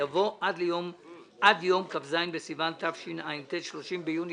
יבוא "עד יום כ"ז בסיוון התשע"ט ( 30 ביוני